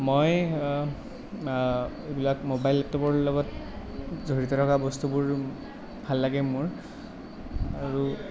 মই এইবিলাক মোবাইল লেপটপৰ লগত জড়িত থকা বস্তুবোৰ ভাল লাগে মোৰ আৰু